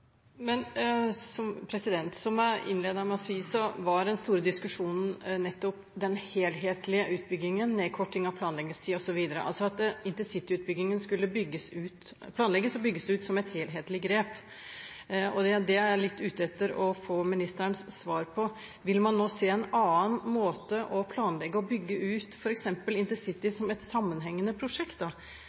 Som jeg innledet med å si, var den store diskusjonen nettopp om den helhetlige utbyggingen, nedkorting av planleggingstid osv. – at intercity skulle planlegges og bygges ut som et helhetlig grep. Jeg er ute etter å få ministerens svar på: Vil man nå se en annen måte å planlegge og å bygge ut intercity på, f.eks. som et sammenhengende prosjekt, i motsetning til tidligere, da